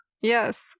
Yes